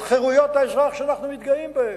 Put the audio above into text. את חירויות האזרח שאנחנו מתגאים בהן,